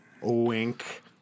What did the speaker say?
Wink